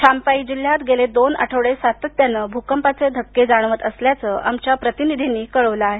छाम्पाई जिल्ह्यात गेले दोन आठवडे सातत्यानं भुकंपाचे धक्के जाणवत असल्याचं आमच्या प्रतिनिधीनं कळवलं आहे